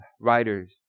writers